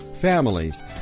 families